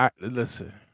Listen